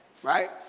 Right